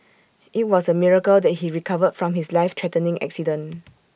IT was A miracle that he recovered from his life threatening accident